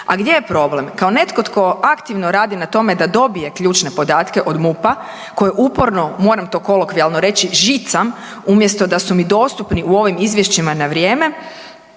A gdje je problem? Kao netko tko aktivno radi na tome da dobije ključne podatke od MUP-a koji uporno, moram to kolokvijalno reći, žicam umjesto da su mi dostupni u ovim izvješćima na vrijeme